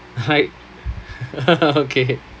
hi okay